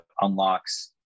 unlocks